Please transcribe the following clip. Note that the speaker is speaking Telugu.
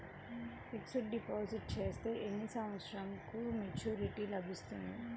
ఫిక్స్డ్ డిపాజిట్ చేస్తే ఎన్ని సంవత్సరంకు మెచూరిటీ లభిస్తుంది?